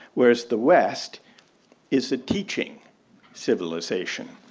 whereas the west is a teaching civilization.